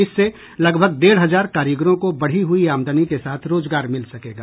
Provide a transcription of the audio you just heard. इससे लगभग डेढ हजार कारीगरों को बढ़ी हुई आमदनी के साथ रोजगार मिल सकेगा